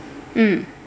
mm